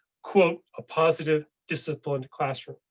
quote. a positive disciplined classroom,